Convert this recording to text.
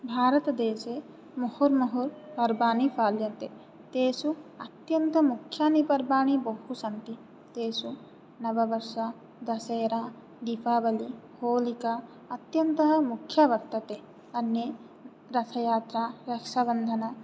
भारतदेशे मुहुर्मुहुर्पर्वाणि पाल्यन्ते तेषु अत्यन्तमुख्यानि पर्वाणि बहु सन्ति तेषु नववर्ष दशेरा दीपावलिः होलिका अत्यन्तः मुख्यः वर्तते अन्ये रथयात्रा रक्षाबन्धनं